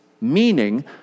meaning